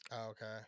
Okay